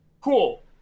cool